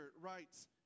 writes